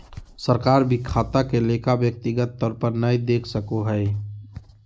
सरकार भी खाता के लेखा व्यक्तिगत तौर पर नय देख सको हय